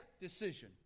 decision